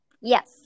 Yes